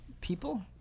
people